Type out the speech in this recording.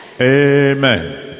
Amen